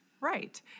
right